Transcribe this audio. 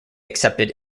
accepted